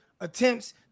attempts